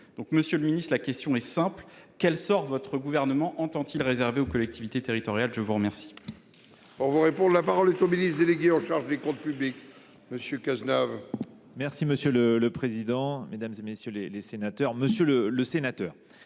Monsieur le ministre, ma question est simple : quel sort le Gouvernement entend il réserver aux collectivités territoriales ? La parole